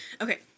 okay